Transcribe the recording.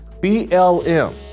BLM